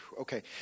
Okay